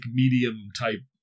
medium-type